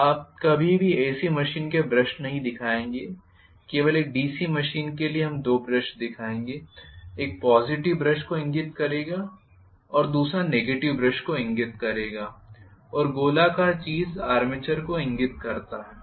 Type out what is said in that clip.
आप कभी भी एसी मशीनों के ब्रश नहीं दिखाएंगे केवल एक डीसी मशीन के लिए हम दो ब्रश दिखाएंगे एक पॉज़िटिव ब्रश को इंगित करेगा और दूसरा नेगेटिव ब्रश को इंगित करेगा और गोलाकार चीज आर्मेचर को इंगित करता है